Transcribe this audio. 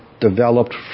developed